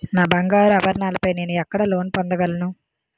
నా బంగారు ఆభరణాలపై నేను ఎక్కడ లోన్ పొందగలను?